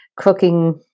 cooking